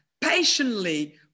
patiently